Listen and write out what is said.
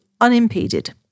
unimpeded